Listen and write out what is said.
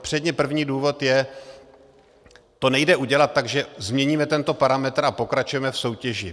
Předně, první důvod je, to nejde udělat tak, že změníme tento parametr a pokračujeme v soutěži.